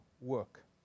work